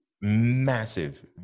massive